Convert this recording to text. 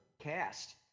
cast